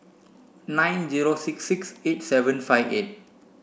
nine zero six six eight seven five eight